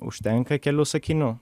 užtenka kelių sakinių